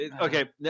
Okay